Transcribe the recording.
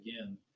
again